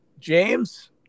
james